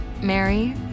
Mary